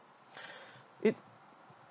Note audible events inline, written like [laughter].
[breath] it